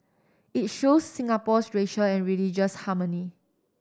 it shows Singapore's racial and religious harmony